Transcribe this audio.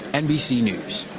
nbc news.